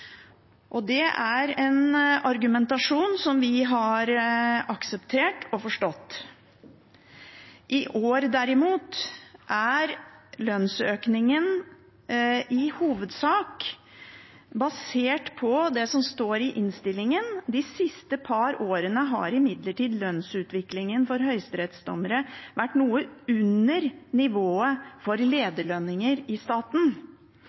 Høyesterett. Det er en argumentasjon som vi har akseptert og forstått. I år, derimot, er lønnsøkningen i hovedsak basert på det som står i innstillingen, nemlig at lønnsutviklingen for høyesterettsdommere de siste par årene har vært noe under nivået for lederlønninger i staten.